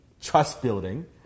trust-building